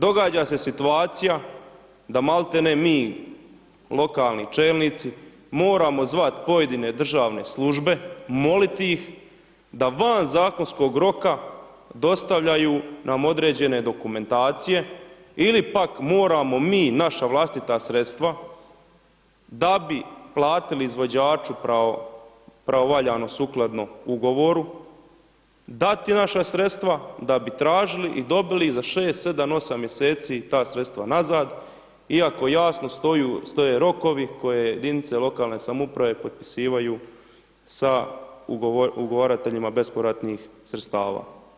Događa se situacija da maltene mi lokalni čelnici moramo zvati pojedine državne službe, moliti ih da van zakonskog roka dostavljaju nam određene dokumentacije ili pak moramo mi, naša vlastita sredstva da bi platili izvođaču pravovaljano sukladno ugovoru, dati naša sredstva da bi tražili i dobili za 6, 7, 8 mjeseci ta sredstva nazad iako jasno stoje rokovi koje jedinice lokalne samouprave potpisuju sa ugovarateljima bespovratnih sredstava.